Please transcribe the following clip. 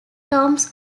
tombs